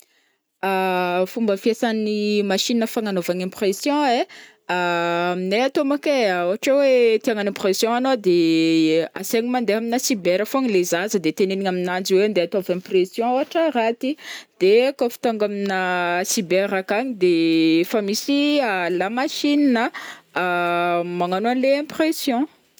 Fomba fiasan'ny machine fagnanaovagna impression ai aminay atoy manko ai ôhatra hoe tia hagnano impression anao de asaina mandeha aminà cyber fogna le zaza de tenenigna aminanjy hoe 'ndeha ataova impression ôhatra raha ity de kaofa tonga aminà cyber akany de efa misy lamachine a magnano an'le impression.